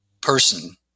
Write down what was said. person